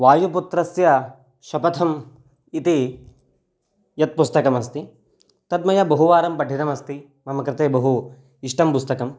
वायुपुत्रस्य शपथम् इति यत् पुस्तकमस्ति तद् मया बहुवारं पठितमस्ति मम कृते बहु इष्टं पुस्तकम्